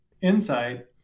insight